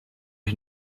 ich